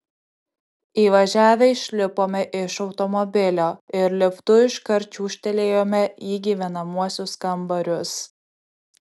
įvažiavę išlipome iš automobilio ir liftu iškart čiūžtelėjome į gyvenamuosius kambarius